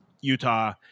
Utah